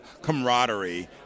camaraderie